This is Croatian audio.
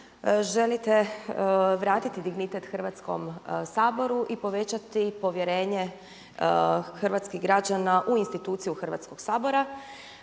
želite vratiti dignitet Hrvatskom saboru i povećati povjerenje hrvatskih građana u instituciju Hrvatskog sabora